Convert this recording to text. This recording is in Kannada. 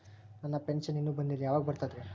ನನ್ನ ಪೆನ್ಶನ್ ಇನ್ನೂ ಬಂದಿಲ್ಲ ಯಾವಾಗ ಬರ್ತದ್ರಿ?